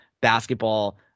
basketball